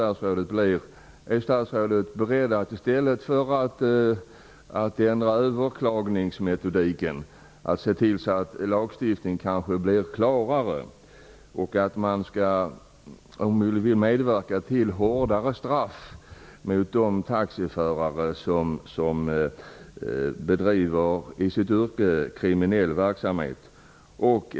Är statsrådet beredd att i stället för att ändra överklagningsmetoden se till att lagstiftningen blir klarare? Vill hon medverka till hårdare straff mot de taxiförare som i sitt yrke bedriver kriminell verksamhet?